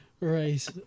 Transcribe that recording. Right